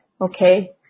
okay